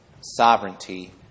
sovereignty